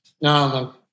no